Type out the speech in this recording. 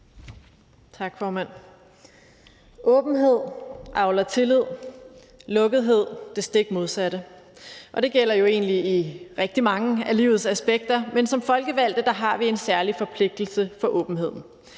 Åbenhed avler tillid, lukkethed det stik modsatte, og det gælder jo egentlig i rigtig mange af livets aspekter. Men som folkevalgte har vi en særlig forpligtelse til åbenhed.